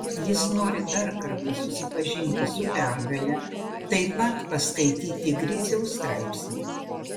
jis nori dar kartą susipažinti su pergale taip pat paskaityti griciaus straipsnį